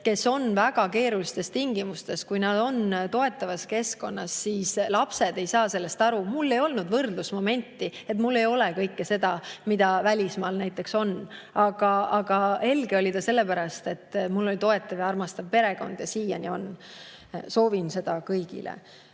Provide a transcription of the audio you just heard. [elanud] väga keerulistes tingimustes, sest kui lapsed on toetavas keskkonnas, siis nad ei saa sellest aru. Mul ei olnud võrdlusmomenti, et mul ei olnud kõike seda, mida näiteks välismaal oli. Aga helge oli ta sellepärast, et mul oli toetav ja armastav perekond ja siiani on. Soovin seda kõigile. Kui